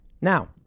Now